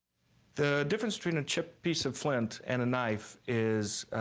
the difference between a chipped piece of flint and a knife is,